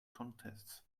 contests